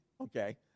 okay